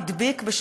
הוא הדביק,